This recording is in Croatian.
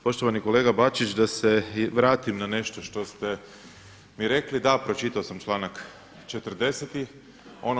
Poštovani kolega Bačić, da se vratim na nešto što ste mi rekli, da pročitao sam članak 40.